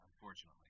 Unfortunately